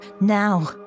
Now